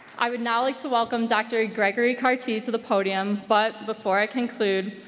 i would now like to welcome dr. gregory cartee to the podium, but before i conclude,